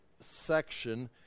section